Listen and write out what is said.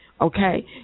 okay